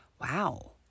Wow